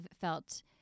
felt